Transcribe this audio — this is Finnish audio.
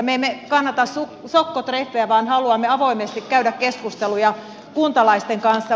me emme kannata sokkotreffejä vaan haluamme avoimesti käydä keskusteluja kuntalaisten kanssa